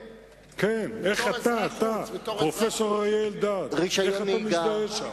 איך אתה, פרופסור אריה אלדד, איך אתה מזדהה שם?